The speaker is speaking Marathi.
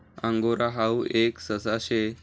अंगोरा हाऊ एक ससा शे